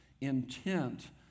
intent